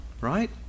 Right